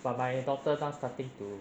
but my daughter now starting to